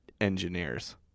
engineers